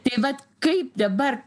taip vat kaip dabar